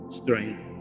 strength